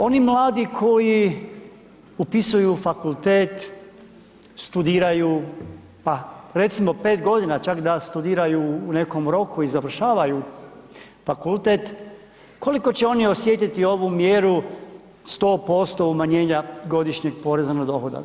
Oni mladi koji upisuju fakultet, studiraju pa recimo 5 godina čak da studiraju u nekom roku i završavaju fakultet koliko će oni osjetiti ovu mjeru 100% umanjenja godišnjeg poreza na dohodak?